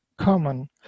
Common